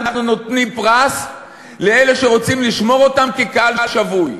אנחנו נותנים פרס לאלה שרוצים לשמור אותם כקהל שבוי.